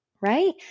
right